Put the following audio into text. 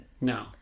No